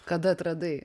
kada atradai